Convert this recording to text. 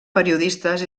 periodistes